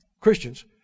Christians